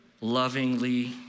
lovingly